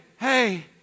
hey